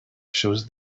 shows